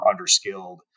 underskilled